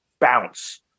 bounce